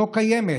לא קיימת,